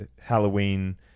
Halloween